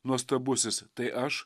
nuostabusis tai aš